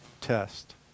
test